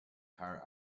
car